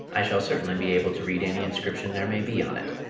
i shall certainly be able to read any inscription there may be on it.